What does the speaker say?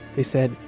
they said,